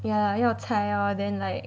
ya 要猜 lor then like